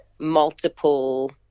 multiple